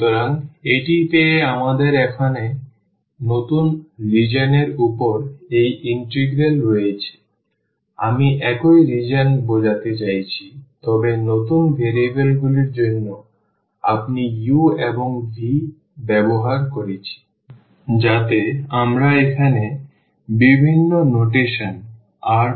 সুতরাং এটি পেয়ে আমাদের এখানে নতুন রিজিওন এর উপর এই ইন্টিগ্রাল রয়েছে আমি একই রিজিওন বোঝাতে চাইছি তবে নতুন ভেরিয়েবলগুলির জন্য আপনি u এবং v ব্যবহার করেছি যাতে আমরা এখানে বিভিন্ন নোটেশন R